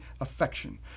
affection